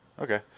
Okay